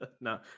No